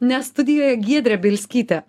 nes studijoje giedrė bielskytė